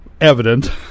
evident